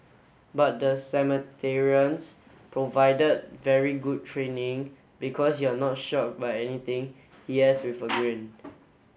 but the provided very good training because you're not shock by anything he adds with a grin